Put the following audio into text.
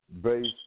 based